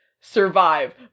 survive